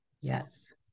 Yes